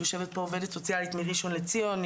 יושבת פה עובדת סוציאלית מראשון לציון,